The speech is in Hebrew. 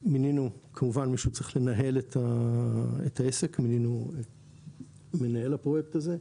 כמובן שמישהו צריך לנהל את העסק מינינו מנהל לפרויקט הזה.